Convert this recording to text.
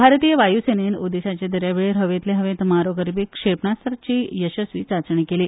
भारतीय वायुसेनेन ओदिशाचे दर्यावेळेर हवेतलें हवेंत मारो करपी क्षेपणास्त्राची येसस्वी चांचणी केली